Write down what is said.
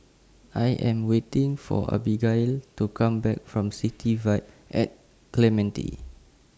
I Am waiting For Abigail to Come Back from City Vibe At Clementi